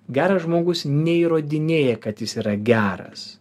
geras žmogus neįrodinėja kad jis yra geras